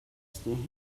still